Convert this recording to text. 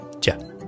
Ciao